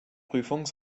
prüfung